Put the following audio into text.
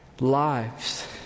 Lives